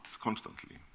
constantly